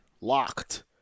Locked